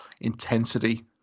intensity